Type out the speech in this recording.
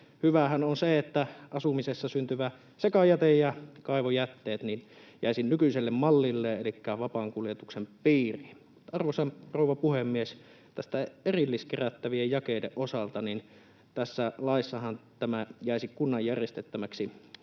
hyvää on se, että asumisessa syntyvä sekajäte ja kaivojätteet jäisivät nykyiselle mallille elikkä vapaan kuljetuksen piiriin. Arvoisa rouva puhemies! Erilliskerättävien jakeiden osalta tässä laissahan tämä jäisi kunnan järjestettäväksi